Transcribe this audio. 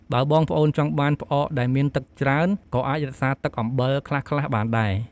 បើបងប្អូនចង់បានផ្អកដែលមានទឹកច្រើន ក៏អាចរក្សាទឹកអំបិលខ្លះៗបានដែរ។